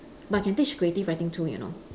but I can teach creative writing too you know